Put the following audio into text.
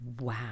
Wow